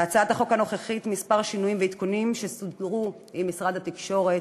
בהצעת החוק הנוכחית כמה שינויים ועדכונים שסוכמו עם משרד התקשורת,